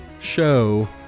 show